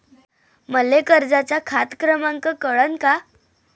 मले कर्जाचा खात क्रमांक कळन का?